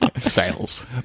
sales